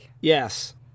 Yes